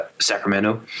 Sacramento